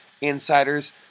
insiders